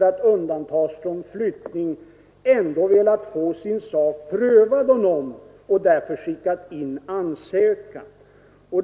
Men man har ändå velat få sin sak prövad av NOM och därför skickat in ansökan.